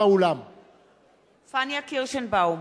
פניה קירשנבאום,